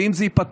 ואם זה ייפתח,